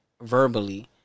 verbally